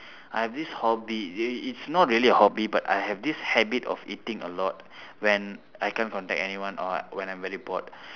I have this hobby it's not really a hobby but I have this habit of eating a lot when I can't contact anyone or when I'm very bored